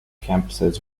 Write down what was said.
campuses